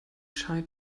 shy